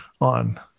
on